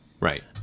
right